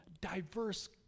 diverse